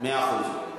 מאה אחוז.